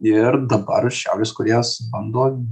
ir dabar šiaurės korėjos bando